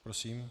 Prosím.